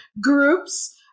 groups